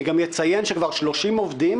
אציין גם שכבר 30 עובדים